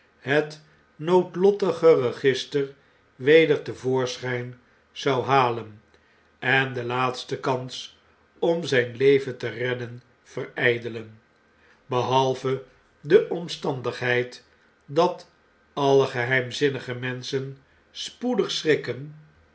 het noodlottige register weder te voorschijn zou halen en de laatste kans om zyn leven te redden verijdelen behalve de omstandigheid dat alle geheimzinnige menschen spoedig schrikken